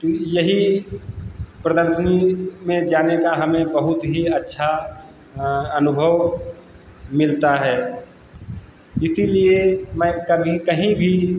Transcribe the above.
तो यही प्रदर्शनी में जाने का हमें बहुत ही अच्छा अनुभव मिलता है इसीलिए मैं कभी कहीं भी